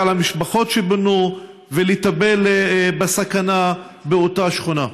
למשפחות שפונו ולטפל בסכנה באותה שכונה?